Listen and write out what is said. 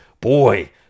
Boy